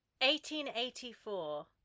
1884